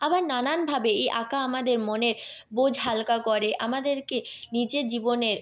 আবার নানানভাবে এই আঁকা আমাদের মনের বোঝা হালকা করে আমাদেরকে নিজের জীবনের